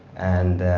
and